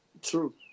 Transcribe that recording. true